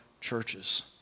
churches